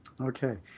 okay